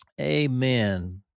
Amen